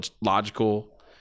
logical